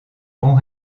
bons